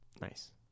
Nice